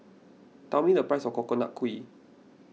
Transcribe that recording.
tell me the price of Coconut Kuih